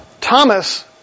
Thomas